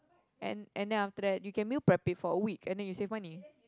and and then after that you can meal prep before a week and you said funny